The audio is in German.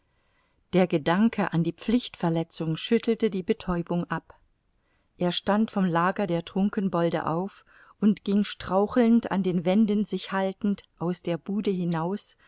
der gedanke an die pflichtverletzung schüttelte die betäubung ab er stand vom lager der trunkenbolde auf und ging strauchelnd an den wänden sich haltend aus der bude hinaus